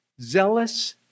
Zealous